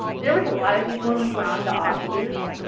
there was a lot of people in the karandash booth.